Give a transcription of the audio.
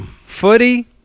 Footy